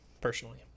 personally